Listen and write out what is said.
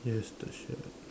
yes the shed